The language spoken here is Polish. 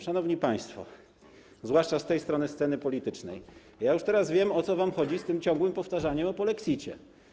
Szanowni państwo, zwłaszcza z tej strony sceny politycznej, ja już teraz wiem, o co wam chodzi z tym ciągłym powtarzaniem, mówieniem o polexicie.